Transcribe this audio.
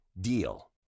DEAL